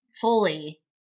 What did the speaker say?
fully